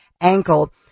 ankle